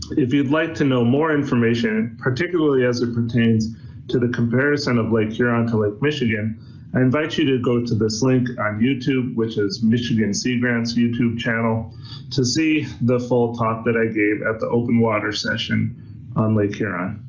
if you'd like to know more information, particularly as it pertains to the comparison of lake huron to lake michigan, i invite you to go to this link on youtube, which is michigan sea grant's youtube channel to see the full talk that i gave at the open-water session on lake huron.